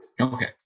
Okay